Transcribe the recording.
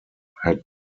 had